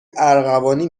ارغوانی